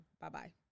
Bye-bye